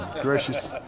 gracious